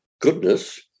goodness